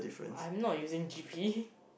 I'm not using G_P